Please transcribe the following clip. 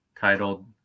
titled